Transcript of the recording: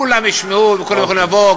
כולם ישמעו וכולם יכולים לבוא,